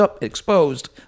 exposed